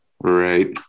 Right